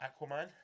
Aquaman